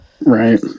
right